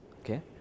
Okay